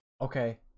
okay